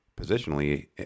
positionally